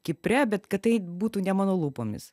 kipre bet kad tai būtų ne mano lūpomis